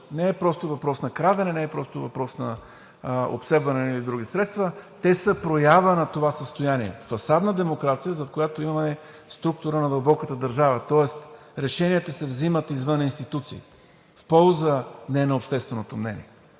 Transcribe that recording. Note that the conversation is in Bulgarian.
не е просто въпрос на крадене, не е просто въпрос на обсебване на едни или други средства, а те са проява на това състояние – фасадна демокрация, зад която имаме структура на дълбоката държава. Тоест решенията се вземат извън институциите в полза не на общественото мнение.